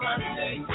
Monday